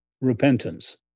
repentance